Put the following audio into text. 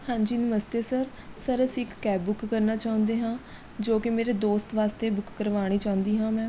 ਹਾਂਜੀ ਨਮਸਤੇ sir sir ਅਸੀਂ ਇੱਕ ਕੈਬ ਬੁੱਕ ਕਰਨਾ ਚਾਹੁੰਦੇ ਹਾਂ ਜੋ ਕਿ ਮੇਰੇ ਦੋਸਤ ਵਾਸਤੇ ਬੁੱਕ ਕਰਵਾਉਣੀ ਚਾਹੁੰਦੀ ਹਾਂ ਮੈਂ